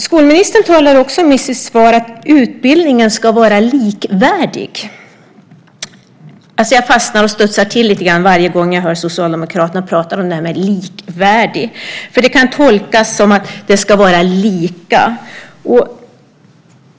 Skolministern talar i sitt svar om att utbildningen ska vara "likvärdig". Jag fastnar och studsar till lite grann varje gång jag hör Socialdemokraterna prata om detta med "likvärdig". Det kan tolkas som att det ska vara lika.